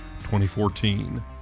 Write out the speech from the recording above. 2014